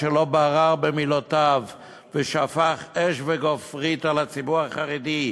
שלא ברר במילותיו ושפך אש וגופרית על הציבור החרדי,